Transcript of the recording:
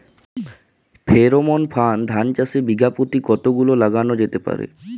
Pheromone ফাঁদ ধান চাষে বিঘা পতি কতগুলো লাগানো যেতে পারে?